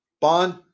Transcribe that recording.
Bond